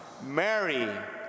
Mary